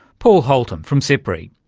paul holtom from sipri.